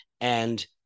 And-